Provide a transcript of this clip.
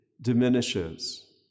diminishes